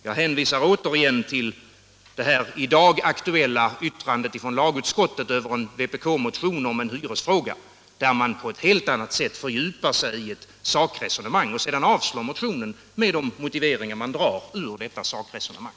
Jag hänvisar återigen till det i dag aktuella betänkandet från lagutskottet över en vpk-motion om en hyresfråga, där man på ett helt annat sätt fördjupar sig i ett sakresonemang och sedan yrkar avslag på motionen med de motiveringar man drar ur detta sakresonemang.